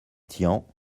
tian